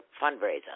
fundraiser